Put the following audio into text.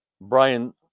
Brian